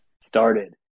started